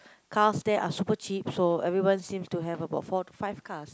cars there are super cheap so everyone seem to have about four five cars